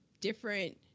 different